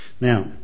Now